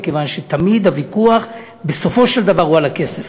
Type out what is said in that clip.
מכיוון שתמיד הוויכוח בסופו של דבר הוא על הכסף.